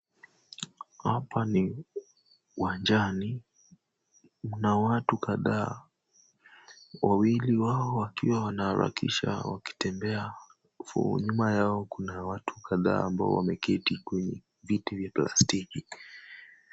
Hapa ni uwanjani, mna watu kadhaa, wawili wao wakiwa wanaharakisha, wakitembea. Nyuma yao kuna watu kadhaa ambao wameketi kwenye viti vya plastiki.